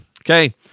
Okay